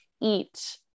eat